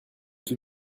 tout